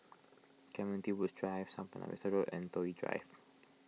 Clementi Woods Park South Buona Vista Road and Toh Yi Drive